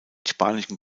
spanischen